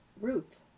Ruth